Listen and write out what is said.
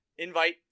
Invite